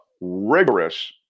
rigorous